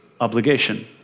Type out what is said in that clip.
obligation